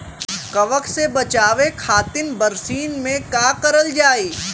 कवक से बचावे खातिन बरसीन मे का करल जाई?